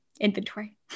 inventory